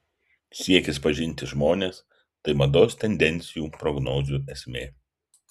siekis pažinti žmones tai mados tendencijų prognozių esmė